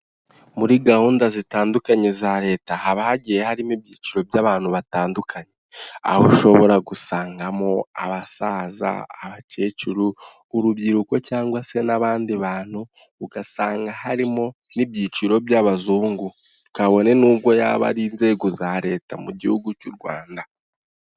Muri gahunda zitandukanye za leta haba hagiye harimo ibyiciro by'abantu batandukanye, aho ushobora gusangamo abasaza, abakecuru, urubyiruko cyangwa se n'abandi bantu, ugasanga harimo n'ibyiciro by'abazungu kabone n'ubwo yaba ari inzego za leta mu gihugu cy'u Rwanda.